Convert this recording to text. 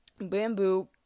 bamboo